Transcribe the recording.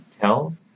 tell